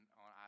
on